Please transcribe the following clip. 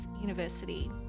University